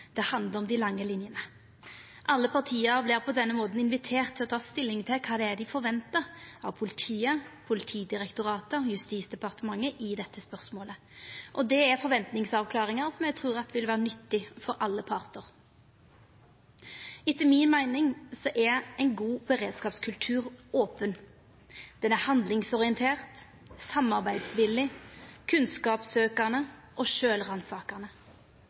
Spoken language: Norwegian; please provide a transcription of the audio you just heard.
Det handlar om dei lange linjene. Alle partia vert på denne måten inviterte til å ta stilling til kva det er dei forventar av politiet, Politidirektoratet og Justisdepartementet i dette spørsmålet. Det er forventningsavklaringar som eg trur vil vera nyttige for alle partar. Etter mi meining er ein god beredskapskultur open, handlingsorientert, samarbeidsvillig, kunnskapssøkjande og